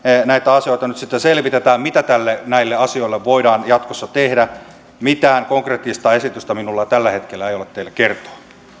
näitä asioita nyt sitten selvitetään mitä näille asioille voidaan jatkossa tehdä mitään konkreettista esitystä minulla tällä hetkellä ei ole teille kertoa